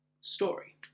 story